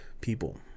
people